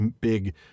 big